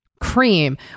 cream